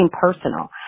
personal